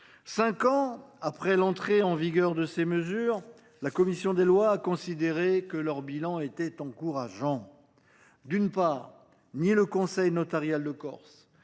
Cinq ans après l’entrée en vigueur de ces mesures, la commission des lois a considéré que leur bilan était encourageant. D’une part, ni le Conseil notarial de Corse